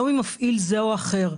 לא ממפעיל זה או אחר.